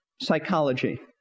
psychology